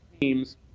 teams